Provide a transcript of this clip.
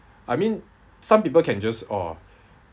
I mean some people can just orh